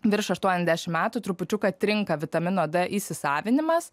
virš aštuoniasdešim metų trupučiuką trinka vitamino d įsisavinimas